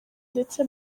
ndetse